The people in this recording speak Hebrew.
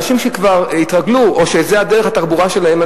אנשים שכבר התרגלו או שזו דרך התחבורה שלהם,